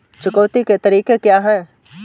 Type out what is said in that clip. चुकौती के तरीके क्या हैं?